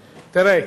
תראה,